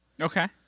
Okay